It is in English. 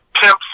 pimps